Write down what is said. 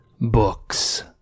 Books